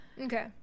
Okay